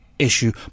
Issue